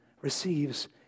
receives